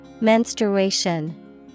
menstruation